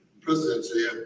presidency